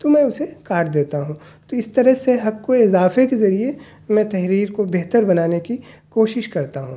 تو میں اسے کاٹ دیتا ہوں تو اس طرح سے حق کو اضافے کے ذریعے میں تحریر کو بہتر بنانے کی کوشش کرتا ہوں